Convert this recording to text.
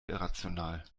irrational